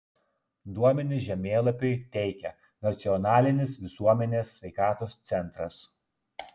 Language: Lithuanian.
duomenis žemėlapiui teikia nacionalinis visuomenės sveikatos centras